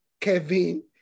Kevin